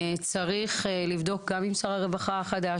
שצריך לבדוק גם עם שר הרווחה החדש,